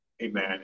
Amen